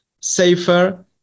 safer